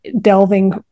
delving